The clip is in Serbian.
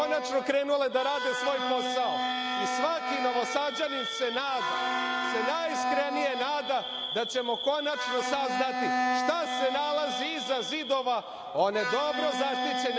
i svaki Novosađanin se najiskrenije nada da ćemo konačno saznati šta se nalazi iza zidova one dobro zaštićene vile